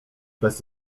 bez